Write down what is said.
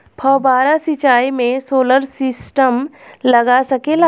फौबारा सिचाई मै सोलर सिस्टम लाग सकेला?